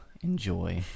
enjoy